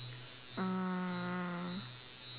mm